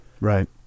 Right